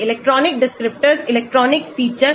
electronic descriptors electronic features